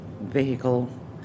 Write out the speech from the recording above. vehicle